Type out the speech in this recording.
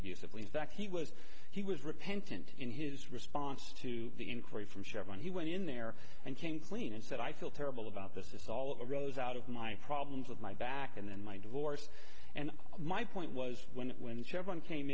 abusively in fact he was he was repentant in his response to the inquiry from chevron he went in there and came clean and said i feel terrible about this this all arose out of my problems with my back and then my divorce and my point was when when chevron came